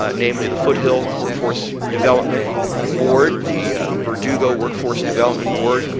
ah namely the foothill workforce development board, the the verdugo workforce development board,